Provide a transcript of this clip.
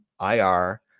IR